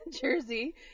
jersey